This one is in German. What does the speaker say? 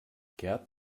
gerd